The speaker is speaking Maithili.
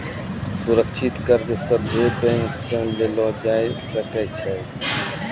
सुरक्षित कर्ज सभे बैंक से लेलो जाय सकै छै